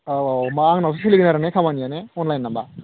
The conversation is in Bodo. औ औ होनबा आंनावसो सोलिगोन आरो ने खामानिया ने अनलाइन नामा